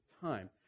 time